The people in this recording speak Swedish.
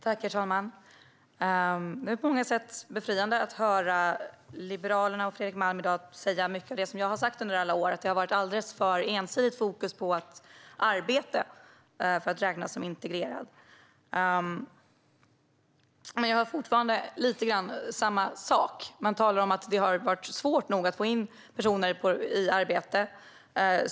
Herr talman! Det är på många sätt befriande att höra Liberalerna och Fredrik Malm i dag säga mycket av det som jag har sagt under alla år - det har varit alldeles för starkt fokus på arbete i diskussionen om när man ska räknas som integrerad. Det har varit för ensidigt. Men jag hör fortfarande lite grann samma sak. Man talar om att det har varit svårt nog att få in personer i arbete.